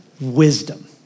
Wisdom